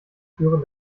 führen